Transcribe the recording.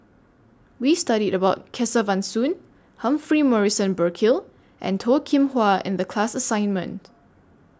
We studied about Kesavan Soon Humphrey Morrison Burkill and Toh Kim Hwa in The class assignment